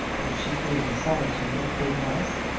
though she feared the solitude of the big house.